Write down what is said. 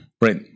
Right